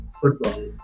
football